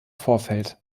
vorfeld